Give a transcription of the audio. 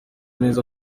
neza